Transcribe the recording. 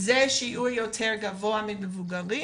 זה שיעור יותר גבוה ממבוגרים,